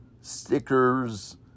stickers